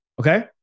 okay